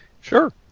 Sure